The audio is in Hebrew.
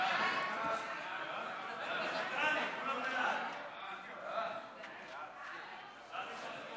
ההצעה להעביר את הצעת חוק